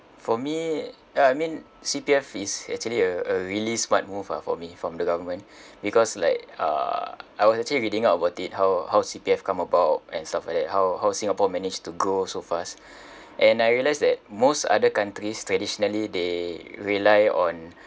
for me uh I mean C_P_F is actually a a really smart move ah for me from the government because like uh I was actually reading up about it how how C_P_F come about and stuff like that how how singapore managed to grow so fast and I realised that most other countries traditionally they rely on